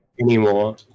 Anymore